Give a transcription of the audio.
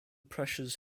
pressures